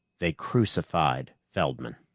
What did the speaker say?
they crucified feldman.